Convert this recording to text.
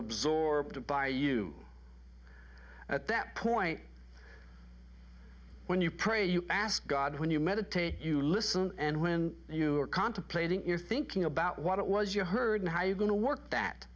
absorbed by you at that point when you pray you ask god when you meditate you listen and when you're contemplating it you're thinking about what it was you heard and how you going to work that